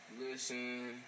listen